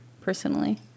personally